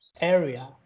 area